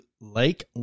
Lake